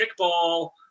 kickball